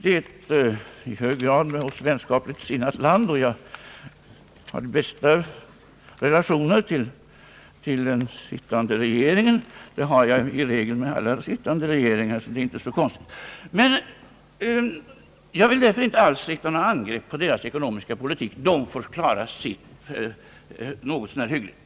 Det är ett i hög grad vänskapligt sinnat land, och jag har de bästa relationer till den sittande regeringen där. Det har jag i regel till alla sittande regeringar, så det är inte så konstigt. Jag vill därför inte alls rikta några angrepp mot den norska regeringens ekonomiska politik, den klarar sig något så när hyggligt.